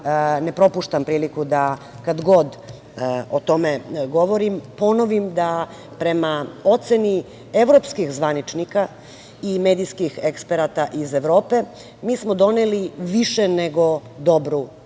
ne propuštam priliku da kada god o tome govorim ponovim da, prema oceni evropskih zvaničnika i medijskih eksperata iz Evrope, mi smo doneli više nego dobru medijsku